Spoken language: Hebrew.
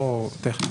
לא טכניים.